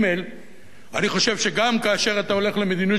אני חושב שגם כאשר אתה הולך למדיניות של "תפסו אותי",